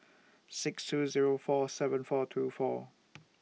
six two Zero four seven four two four